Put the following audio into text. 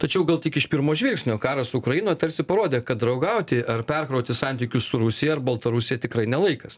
tačiau gal tik iš pirmo žvilgsnio karas ukrainoj tarsi parodė kad draugauti ar perkrauti santykius su rusija ar baltarusija tikrai ne laikas